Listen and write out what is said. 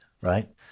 right